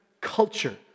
culture